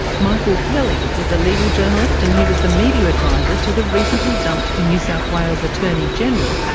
michael pelly is a legal journalist and he was the media advisor to the recently dumped new south wales attorney general,